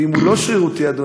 ואם הוא לא שרירותי, אדוני,